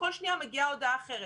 כל שנייה מגיעה הודעה אחרת.